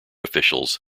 officials